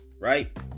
right